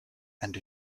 and